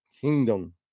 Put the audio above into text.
kingdom